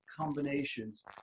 combinations